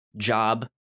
job